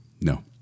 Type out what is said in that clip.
No